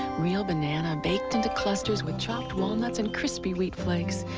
real banana baked into cluers, with chopped walnuts and crispy wheat flakes.